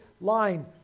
line